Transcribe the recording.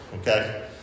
okay